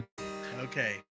okay